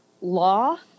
law